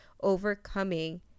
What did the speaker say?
overcoming